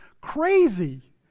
crazy